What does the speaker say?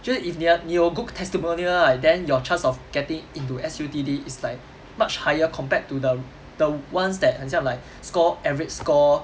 就是 if 你的你有 good testimonial right then your chance of getting into S_U_T_D is like much higher compared to the the ones that 很像 like score average score